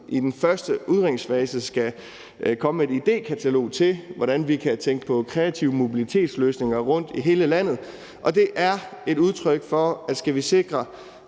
i den første udredningsfase skal komme med et idékatalog om, hvordan vi kan tænke på kreative mobilitetsløsninger rundtom i hele landet. Det er et udtryk for, at hvis vi skal